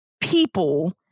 people